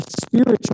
spiritual